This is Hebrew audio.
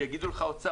ויגידו לך האוצר,